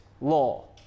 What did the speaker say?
law